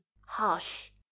Hush